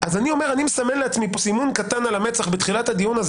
אני אומר שאני מסמן לעצמי סימון קטן על המצח בתחילת הדיון,